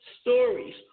stories